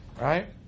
Right